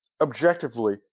Objectively